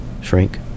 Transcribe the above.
shrink